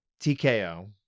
TKO